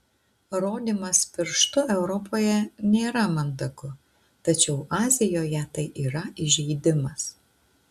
rodymas pirštu europoje nėra mandagu tačiau azijoje tai yra įžeidimas